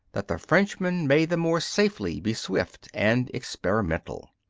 that the frenchman may the more safely be swift and experimental.